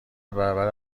برابر